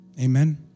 Amen